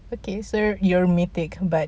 okay so you're mythic but